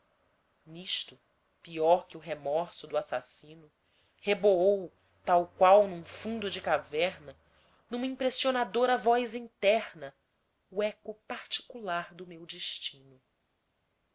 nisto pior que o remorso do assassino reboou tal qual num fundo de caverna numa impressionadora voz interna o eco particular do meu destino